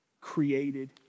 created